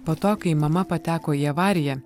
po to kai mama pateko į avariją